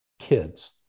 kids